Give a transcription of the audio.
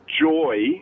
joy